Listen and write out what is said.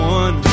one